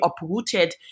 uprooted